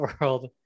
world